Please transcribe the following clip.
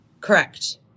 Correct